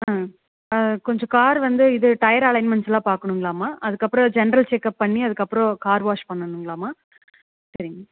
ஆ கொஞ்சம் கார் வந்து இது டயர் அலைன்மெண்ட்ஸு எல்லாம் பார்க்கணுங்கலாமா அதுக்கப்புறம் ஜென்ரல் செக்அப் பண்ணி அதுக்கப்புறம் கார் வாஷ் பண்ணனுங்கலாமா சரிங்க